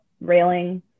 railing